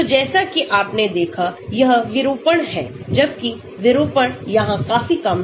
तो जैसा कि आपने देखा यह विरूपण है जबकिविरूपण यहाँ काफी कम है